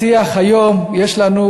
בשיח היום יש לנו